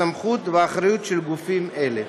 הסמכות והאחריות של גופים אלה.